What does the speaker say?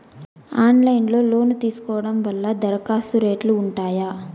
Online లో loan తీసుకోవడం వల్ల దరఖాస్తు రేట్లు ఉంటాయా?